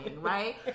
right